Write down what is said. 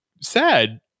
sad